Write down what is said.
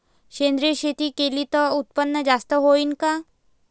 सेंद्रिय शेती केली त उत्पन्न जास्त होईन का?